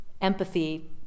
empathy